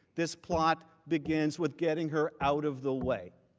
this plot begins with getting her out of the way.